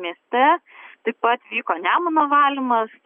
mieste taip pat vyko nemuno valymas